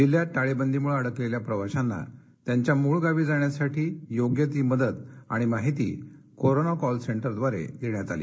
जिल्ह्यात टाळेबधीमुळे अडकलेल्या प्रवाशांना त्यांच्या मूळ गावी जाण्यासाठी योग्य ती मदत आणि माहिती कोरोना कॉल सेंटर द्वारे देण्यात आली